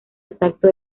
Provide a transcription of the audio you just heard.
exacto